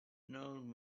known